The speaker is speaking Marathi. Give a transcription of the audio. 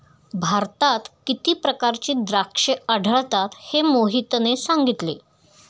भारतात किती प्रकारची द्राक्षे आढळतात हे मोहितने सांगितले